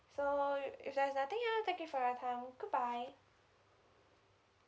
so if there's nothing else thank you for your time goodbye